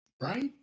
right